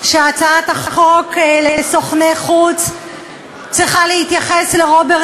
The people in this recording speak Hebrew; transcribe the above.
שהצעת החוק לסוכני חוץ צריכה להתייחס לרוברט